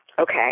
okay